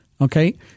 Okay